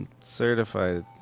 certified